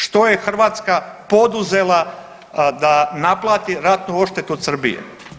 Što je Hrvatska poduzela da naplati ratnu odštetu od Srbije?